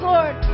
Lord